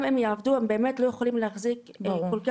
גם אם הם יעבדו הם באמת לא יכולים להחזיק מעמד.